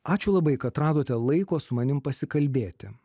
ačiū labai kad radote laiko su manim pasikalbėti